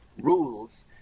rules